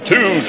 Two